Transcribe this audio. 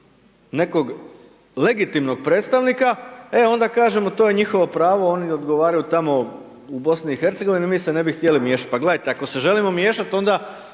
nekog legitimnog predstavnika, e onda kažemo, to je njihovo pravo, oni odgovaraju tamo u BiH, mi se ne bi htjeli miješati. Pa gledajte, ako se želimo miješati, onda